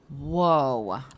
Whoa